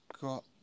got